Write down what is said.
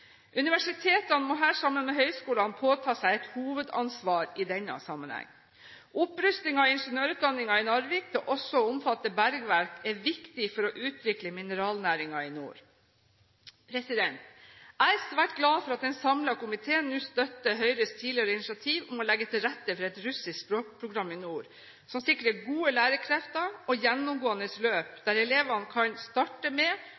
Universitetene må her sammen med høyskolene påta seg et hovedansvar i denne sammenhengen. Opprusting av ingeniørutdanningen i Narvik til også å omfatte bergverk er viktig for å utvikle mineralnæringen i nord. Jeg er svært glad for at en samlet komité nå støtter Høyres tidligere initiativ om å legge til rette for et russisk språkprogram i nord, som sikrer gode lærekrefter og gjennomgående løp der elevene kan starte med